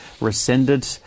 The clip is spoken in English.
rescinded